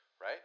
Right